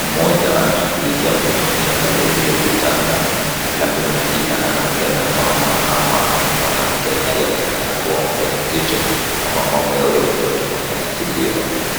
Mmoja anashughulikia mtoto mchanga aliye juu ya kitanda halafu mwingine anaongea na mama ama mwanamke anayoonekana kuwa mjamzito ama mama ya huyo mtoto mwenye anatibiwa.